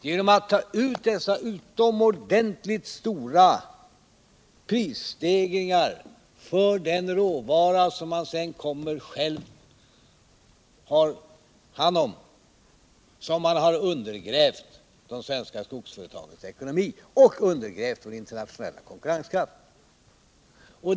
Genom att ta ut dessa utomordentligt stora prisstegringar för den råvara som man sedan själv tar hand om har man undergrävt de svenska skogsföretagens ekonomi och vår internationella konkurrenskraft.